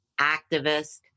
activist